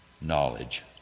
knowledge